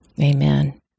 Amen